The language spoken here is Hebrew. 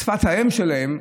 זו שפת האם שלהם.